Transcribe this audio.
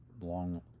long